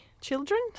children